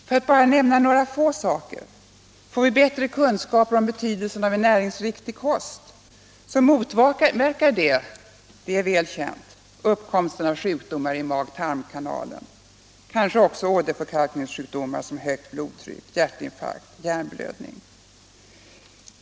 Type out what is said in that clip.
För att bara nämna några få saker: Får vi bättre kunskap om betydelsen av en näringsriktig kost motverkar det, det är väl känt, uppkomsten av sjukdomar i magtarmkanalen, sannolikt också åderförkalkningssjukdomar som högt blodtryck, hjärtinfarkt och hjärnblödning.